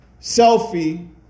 selfie